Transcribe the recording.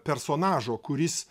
personažo kuris